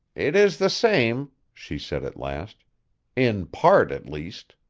it is the same, she said at last in part, at least.